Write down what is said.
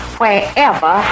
wherever